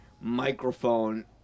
microphone